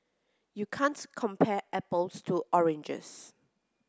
you can't compare apples to oranges